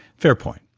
fair point.